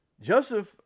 Joseph